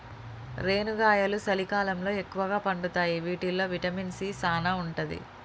రేనుగాయలు సలికాలంలో ఎక్కుగా పండుతాయి వీటిల్లో విటమిన్ సీ సానా ఉంటది